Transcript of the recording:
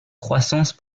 croissance